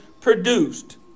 produced